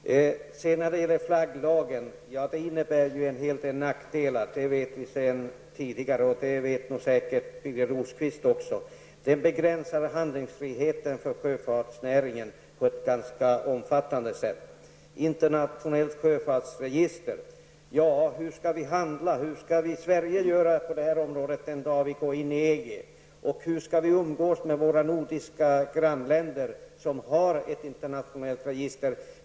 När det gäller flagglagen innebär den en hel del nackdelar. Det vet vi sedan tidigare. Det vet säkert Birger Rosqvist också. Den begränsar handlingsfriheten för sjöfartens näring på ett ganska omfattande sätt. Hur skall vi handla när det gäller ett internationellt sjöfartsregister? Hur skall vi i Sverige göra på det här området den dagen vi går in i EG? Hur skall vi umgås med våra nordiska grannländer som har ett internationellt register?